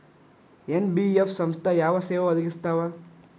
NBF ಸಂಸ್ಥಾ ಯಾವ ಸೇವಾ ಒದಗಿಸ್ತಾವ?